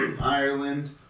Ireland